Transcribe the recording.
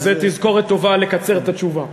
זו תזכורת טובה לקצר את התשובה.